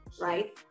right